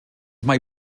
mae